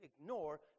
ignore